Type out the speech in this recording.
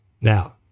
Now